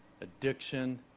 addiction